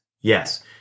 Yes